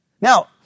Now